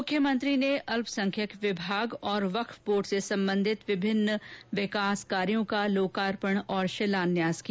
मुख्यमंत्री ने अल्पसंख्यक विभाग और वक्फ बोर्ड से सम्बन्धित विभिन्न विकास कार्यो का लोकार्पण और शिलान्यास किया